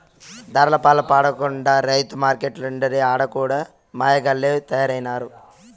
దళార్లపాల పడకుండా రైతు మార్కెట్లంటిరి ఆడ కూడా మాయగాల్లె తయారైనారు